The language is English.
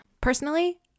Personally